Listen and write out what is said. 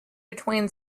between